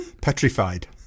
Petrified